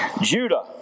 Judah